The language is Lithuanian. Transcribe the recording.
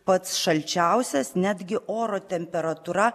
pats šalčiausias netgi oro temperatūra